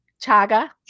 Chaga